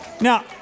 Now